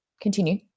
continue